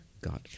god